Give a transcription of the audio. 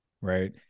right